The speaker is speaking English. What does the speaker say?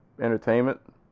entertainment